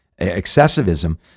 excessivism